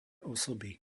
osoby